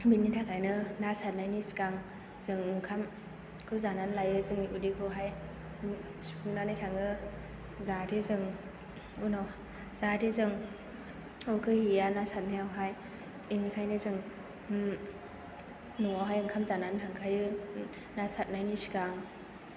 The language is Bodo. बेनि थाखायनो ना सारनायनि सिगां जों ओंखामखौ जानानै लायो जोंनि उदैखौहाय सुफुंनानै थाङो जाहाथे जों उनाव जाहाथे जों उखैहैया ना सारनायावहाय बेनिखायनो जों न'आव ओंखाम जानानै थांखायो ना सारनायनि सिगां